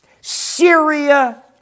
Syria